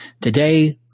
Today